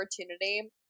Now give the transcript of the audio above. opportunity